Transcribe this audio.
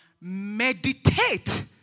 Meditate